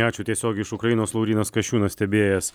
ačiū tiesiogiai iš ukrainos laurynas kasčiūnas stebėjęs